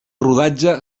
rodatge